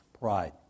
Pride